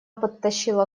подтащила